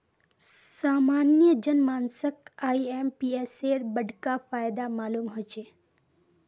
सामान्य जन मानसक आईएमपीएसेर बडका फायदा मालूम ह छेक